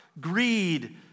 greed